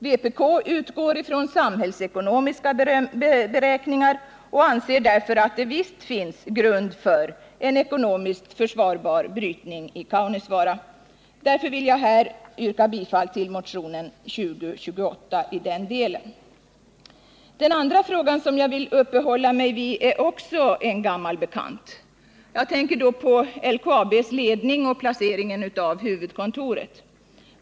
Vpk utgår från samhällsekonomiska beräkningar och anser därför att det visst finns grund för en ekonomiskt försvarbar brytning i Kaunisvaara. Därför vill jag här yrka bifall till motionen 1978/79:2028 i den delen. Den andra fråga jag vill uppehålla mig vid är också den en gammal bekant. Jag tänker då på LKAB:s ledning och placeringen av huvudkontoret.